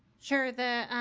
sure. the